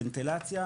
ונטילציה,